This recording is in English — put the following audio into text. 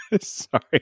sorry